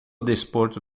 desporto